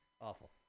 Awful